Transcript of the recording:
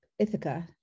Ithaca